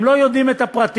הם לא יודעים את הפרטים.